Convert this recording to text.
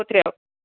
पुत्र्यौ